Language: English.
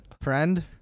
friend